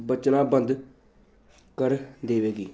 ਬਚਣਾ ਬੰਦ ਕਰ ਦੇਵੇਗੀ